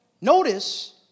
Notice